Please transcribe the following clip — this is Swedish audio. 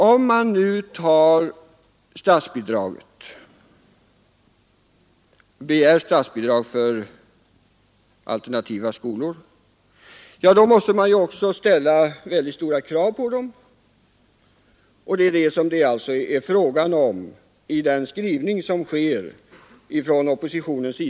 Om man nu begär statsbidrag till alternativa förskolor måste vi ställa stora krav på dem. Det är detta frågan gäller i reservationen 3 från oppositionen.